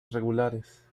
regulares